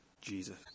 Jesus